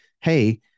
hey